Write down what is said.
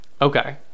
okay